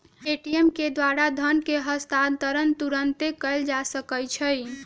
Paytm के द्वारा धन के हस्तांतरण तुरन्ते कएल जा सकैछइ